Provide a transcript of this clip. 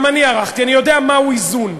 גם אני ערכתי, אני יודע מהו איזון.